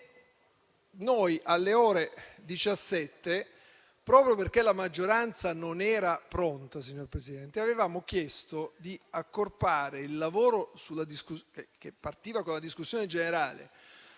noi alle ore 17, proprio perché la maggioranza non era pronta, avevamo chiesto di accorpare il lavoro che partiva con la discussione generale